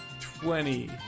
Twenty